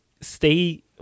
stay